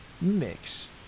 mix